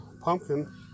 pumpkin